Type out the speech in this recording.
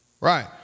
Right